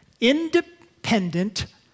independent